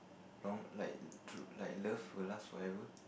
long like true like love will last forever